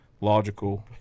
logical